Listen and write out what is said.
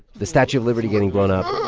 the statue of liberty getting blown up.